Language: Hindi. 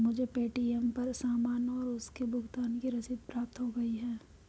मुझे पे.टी.एम पर सामान और उसके भुगतान की रसीद प्राप्त हो गई है